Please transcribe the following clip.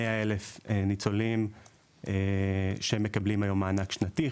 כ-100 אלף ניצולים שמקבלים היום מענק שנתי: